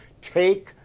Take